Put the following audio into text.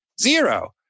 zero